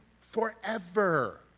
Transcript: forever